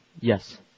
Yes